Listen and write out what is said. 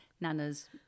nana's